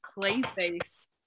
clayface